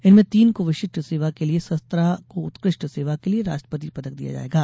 इनमें तीन को विशिष्ट सेवा के लिये और सत्रह को उत्कृष्ट सेवा के लिये राष्ट्रपति पदक दिया जायेगा